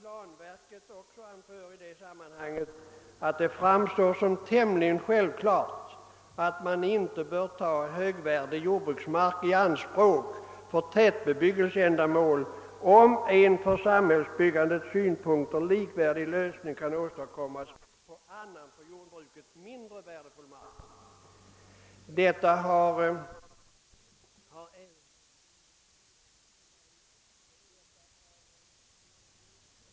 Planverket anför i det sammanhanget, att det framstår som tämligen självklart att man inte bör ta högvärdig jordbruksmark i anspråk för tätbebyggelseändamål, om en för samhällsbyggandet likvärdig lösning kan åstadkommas på annan, för jordbruket mindre värdefull mark. Detta har även majoriteten i utskottet anfört.